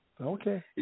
okay